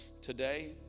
today